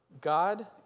God